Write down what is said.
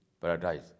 paradise